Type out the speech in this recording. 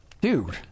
Dude